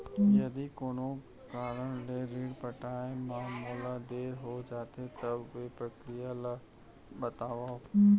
यदि कोनो कारन ले ऋण पटाय मा मोला देर हो जाथे, तब के प्रक्रिया ला बतावव